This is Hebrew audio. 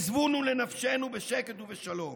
אני אומר: לכו ועזבונו לנפשנו בשקט ובשלום.